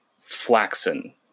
flaxen